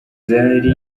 zari